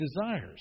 desires